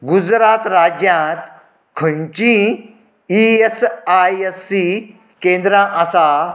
गुजरात राज्यांत खंयचींय E S I C केंद्रां आसा